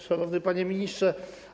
Szanowny Panie Ministrze!